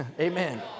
Amen